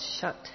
shut